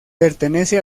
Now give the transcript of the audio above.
pertenece